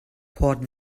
port